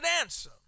answer